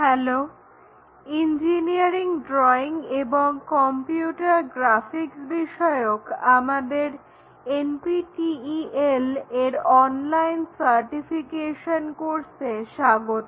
hello engineering drawing এবং computer graphics বিষয়ক আমাদের NPTEL এর অনলাইন সার্টিফিকেশন কোর্সে স্বাগত